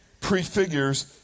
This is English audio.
prefigures